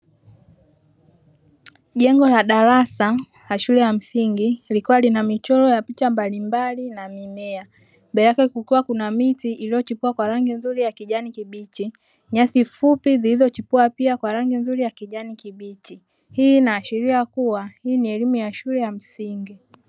Jengo la darasa la shule ya msingi likiwa lina michoro ya picha mbalimbali na mimea. Mbele yake kukiwa kuna miti iliyochipua kwa rangi nzuri ya kijani kibichi, nyasi fupi zilizochipua pia kwa rangi nzuri ya kijani kibichi. Hii inaashiria kuwa hii ni elimu ya shule ya msingi.